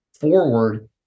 forward